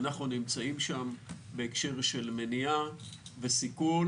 אנחנו נמצאים שם בהקשר של מניעה וסיכול